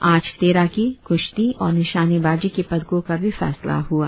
आज तैराकी कुश्ती और निशानेबाजी के पदको का भी फैसला होगा